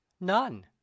None